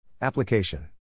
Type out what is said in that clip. Application